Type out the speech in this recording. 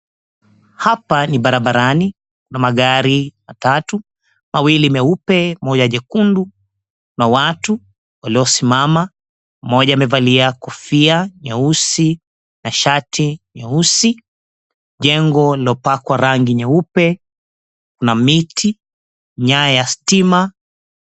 Hapa ni barabarani. Kuna magari matatu, mawili meupe moja jekundu na watu waliosimama, mmoja amevalia kofia nyeusi na shati nyeusi. Jengo lililopakwa rangi nyeupe na miti, nyaya ya stima.